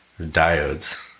diodes